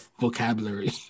vocabulary